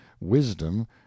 wisdom